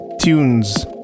tunes